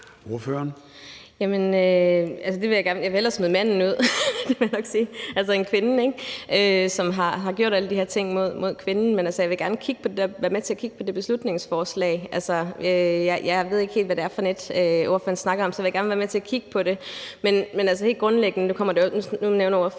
jeg vil nok sige, at jeg hellere vil smide manden ud – altså end kvinden, ikke? – som har gjort alle de her ting mod kvinden, men jeg vil gerne være med til at kigge på det beslutningsforslag. Altså, jeg ved ikke helt, hvad det er for et, ordføreren snakker om, men så vil jeg gerne være med til at kigge på det. Men altså, helt grundlæggende nævner ordføreren